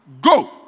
Go